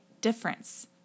difference